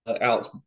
alex